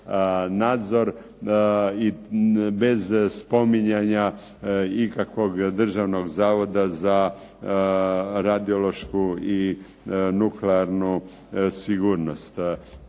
bez spominjanja ikakvog Državnog zavoda za radiološku i nuklearnu sigurnost.